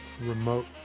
remote